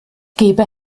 gebe